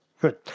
Good